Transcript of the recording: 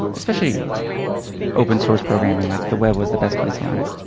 especially open-source programming, like the web was the best place to learn it.